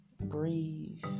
breathe